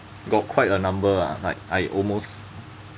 got quite a number uh like I almost